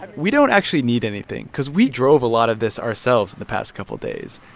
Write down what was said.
we don't actually need anything cause we drove a lot of this ourselves the past couple days,